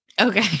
Okay